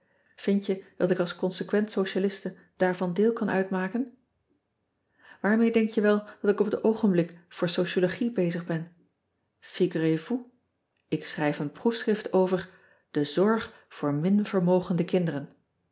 ind je dat ik als consequent socialiste daarvan deel kan uitmaken aarmee denk je wel dat ik op het oogenblik voor ean ebster adertje angbeen sociologie bezig ben igurez vous ik schrijf een proefschrift over e zorg voor minvermogende kinderen